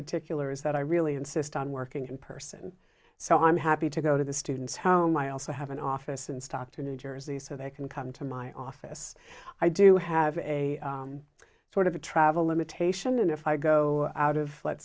particular is that i really insist on working in person so i'm happy to go to the students home i also have an office in stockton new jersey so they can come to my office i do have a sort of a travel limitation and if i go out of let's